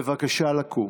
בבקשה לקום.